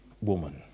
woman